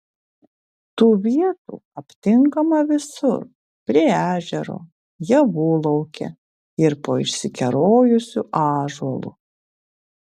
tų vietų aptinkama visur prie ežero javų lauke ir po išsikerojusiu ąžuolu